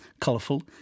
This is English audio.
Colourful